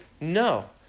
no